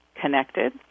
connected